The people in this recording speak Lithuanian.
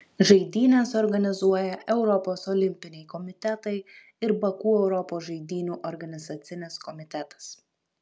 žaidynes organizuoja europos olimpiniai komitetai ir baku europos žaidynių organizacinis komitetas